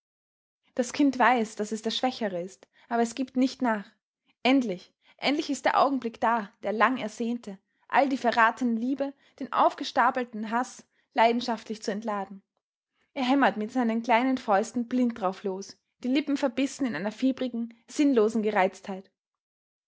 das kind weiß daß es der schwächere ist aber es gibt nicht nach endlich endlich ist der augenblick da der lang ersehnte all die verratene liebe den aufgestapelten haß leidenschaftlich zu entladen er hämmert mit seinen kleinen fäusten blind drauflos die lippen verbissen in einer fiebrigen sinnlosen gereiztheit